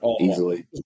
easily